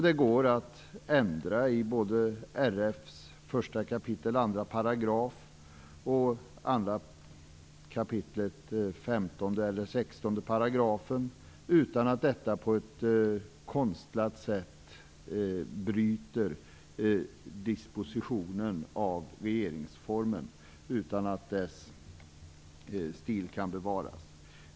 Det går att ändra både 1 kap. 2 §, regeringsformen, och i 2 kap. 15 § eller 16 §, regeringsformen, utan att man på ett konstlat sätt bryter dispositionen av denna. Dess stil kan bevaras.